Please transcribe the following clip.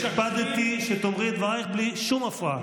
הקפדתי שתאמרי את דברייך בלי שום הפרעה.